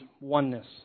oneness